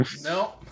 No